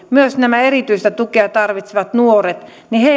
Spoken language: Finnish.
myös näille erityistä tukea tarvitseville nuorille